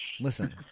Listen